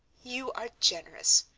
you are generous,